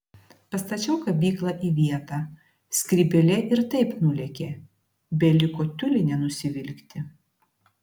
pastačiau kabyklą į vietą skrybėlė ir taip nulėkė beliko tiulinę nusivilkti